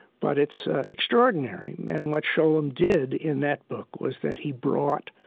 but it's extraordinary. and what scholem did in that book was that he brought